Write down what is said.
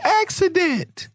accident